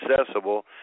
accessible